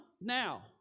now